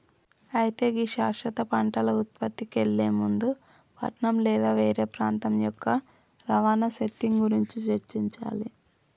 అయితే గీ శాశ్వత పంటల ఉత్పత్తికి ఎళ్లే ముందు పట్నం లేదా వేరే ప్రాంతం యొక్క రవాణా సెట్టింగ్ గురించి చర్చించాలి